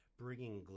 Bringing